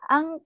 Ang